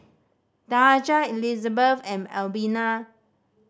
Daja Elizebeth and Albina